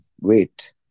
wait